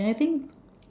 and I think